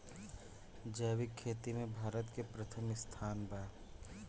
जैविक खेती में भारत के प्रथम स्थान बा